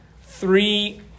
three